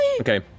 Okay